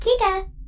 Kika